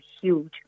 huge